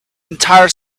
entire